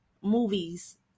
movies